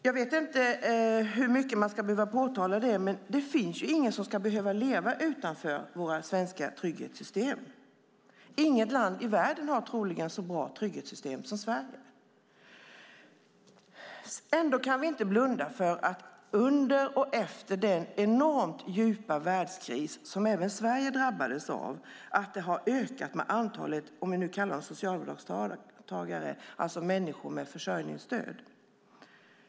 Jag vet inte hur mycket man ska behöva påtala att ingen ska behöva leva utanför våra svenska trygghetssystem. Troligen har inget annat land i världen så bra trygghetssystem som Sverige. Ändå kan vi inte blunda för att antalet - om vi nu kallar dem så - socialbidragstagare, människor med försörjningsstöd, under och efter den enormt djupa världskris som även Sverige drabbats av har ökat.